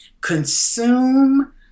consume